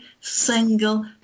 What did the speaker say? single